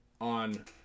on